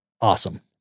awesome